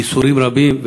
בייסורים רבים,